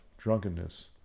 drunkenness